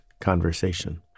conversation